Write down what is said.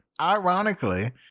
Ironically